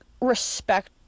respect